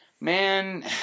man